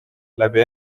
läbi